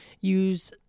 use